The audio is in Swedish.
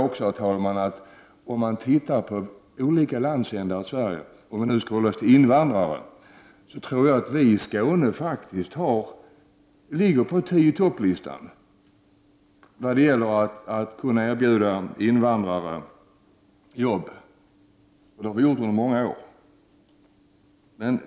Om man nu skall jämföra olika landsändar tror jag att jag kan säga att vi i Skåne ligger på tio-i-topp-listan när det gäller att erbjuda invandrare jobb. Där har vi legat i många år.